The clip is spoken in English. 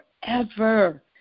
Forever